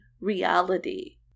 reality